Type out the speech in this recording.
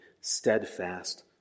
steadfast